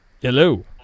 Hello